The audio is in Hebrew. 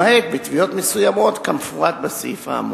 למעט בתביעות מסוימות, כמפורט בסעיף האמור.